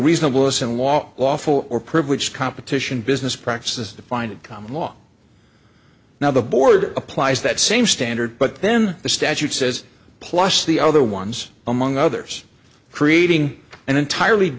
lawful or privileged competition business practices to find a common law now the board applies that same standard but then the statute says plus the other ones among others creating an entirely